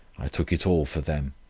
i took it all for them.